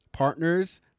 Partners